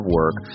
work